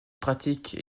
pratiquent